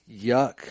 Yuck